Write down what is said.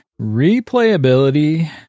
replayability